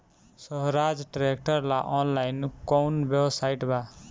सोहराज tractor ला online कोउन website बा?